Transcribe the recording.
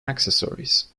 accessories